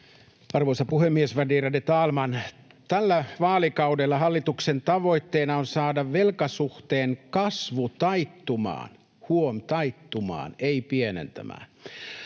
Arvoisa puhemies, värderade talman! Tällä vaalikaudella hallituksen tavoitteena on saada velkasuhteen kasvu taittumaan — huom. taittumaan, ei pienenemään.